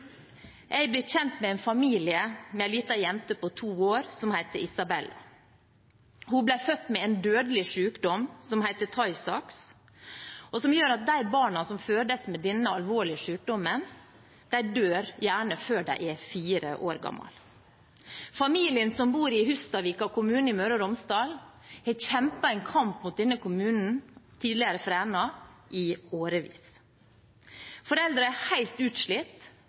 Jeg ble kjent med en familie med ei lita jente på to år som heter Isabella. Hun ble født med en dødelig sykdom som heter Tay-Sachs, og barna som fødes med denne alvorlige sykdommen, dør gjerne før de er fire år gamle. Familien, som bor i Hustadvika kommune i Møre og Romsdal, har kjempet en kamp mot kommunen, tidligere Fræna, i årevis. Foreldrene er helt utslitt